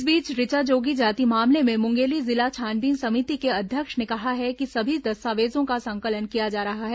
इस बीच ऋचा जोगी जाति मामले में मुंगेली जिला छानबीन समिति के अध्यक्ष ने कहा है कि सभी दस्तावेजों का संकलन किया जा रहा है